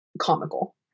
comical